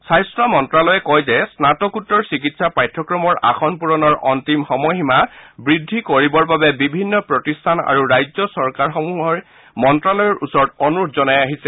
স্বাস্থ্য মন্ত্ৰালয়ে কয় যে স্নাতকোত্তৰ চিকিৎসা পাঠ্যক্ৰমৰ আসন পূৰণৰ অস্তিম সময়সীমা বৃদ্ধি কৰিবলৈ বাবে বিভিন্ন প্ৰতিষ্ঠান আৰু ৰাজ্য চৰকাৰসমূহে মন্ত্ৰালয়ৰ ওচৰত অনুৰোধ জনাই আহিছে